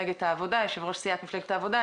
יושב-ראש סיעת ממפלגת העבודה.